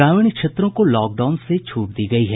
ग्रामीण क्षेत्रों को लॉकडाउन से छूट दी गयी है